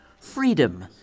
Freedom